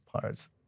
parts